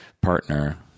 partner